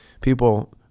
people